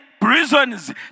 prisons